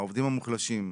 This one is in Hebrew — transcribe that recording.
העובדים המוחלשים.